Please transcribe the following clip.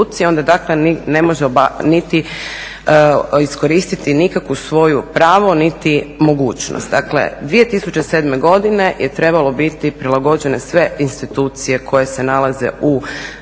onda takva ne može niti iskoristiti nikakvo svoje pravo niti mogućnost. Dakle, 2007. godine je trebalo biti prilagođene sve institucije koje se nalaze u